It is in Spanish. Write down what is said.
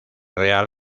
real